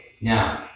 now